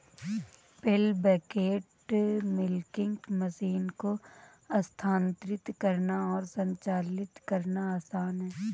पेल bucket milking machine को स्थानांतरित करना और संचालित करना आसान है